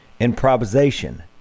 improvisation